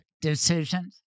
decisions